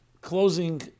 closing